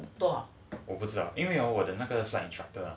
我不知道因为有我的那个 flight instructor